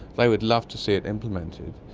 they would love to see it implemented,